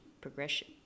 progression